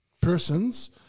persons